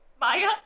Maya